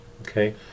Okay